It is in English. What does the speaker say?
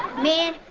man,